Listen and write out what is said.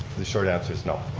the short answer is no.